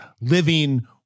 living